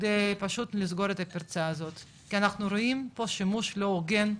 פשוט לסגור את הפרצה הזאת כי אנחנו רואים פה שימוש לא הוגן,